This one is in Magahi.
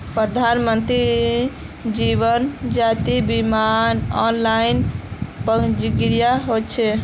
प्रधानमंत्री जीवन ज्योति बीमार ऑनलाइन पंजीकरण ह छेक